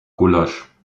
gulasch